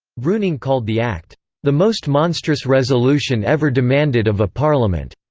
bruning called the act the most monstrous resolution ever demanded of a parliament,